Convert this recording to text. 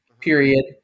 Period